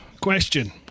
Question